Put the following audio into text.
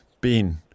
Ben